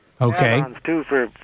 Okay